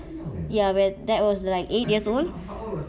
ya with that was like eight years old